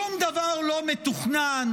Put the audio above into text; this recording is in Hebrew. שום דבר לא מתוכנן,